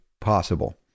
possible